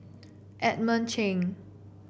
Edmund Cheng